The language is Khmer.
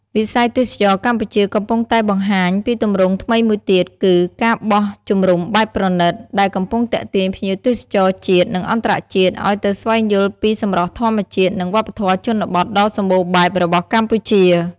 វិស័យទេសចរណ៍កម្ពុជាកំពុងតែបង្ហាញពីទម្រង់ថ្មីមួយទៀត គឺ ការបោះជំរំបែបប្រណីត ដែលកំពុងទាក់ទាញភ្ញៀវទេសចរជាតិ និងអន្តរជាតិឲ្យទៅស្វែងយល់ពីសម្រស់ធម្មជាតិ និងវប្បធម៌ជនបទដ៏សម្បូរបែបរបស់កម្ពុជា។